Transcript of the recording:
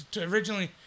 originally